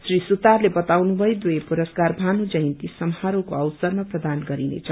श्री सुतारले बताउनुभयो दुवै पुरस्कार भानु जयन्ती समारोषको अवसरमा प्रदान गरिनेछ